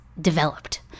developed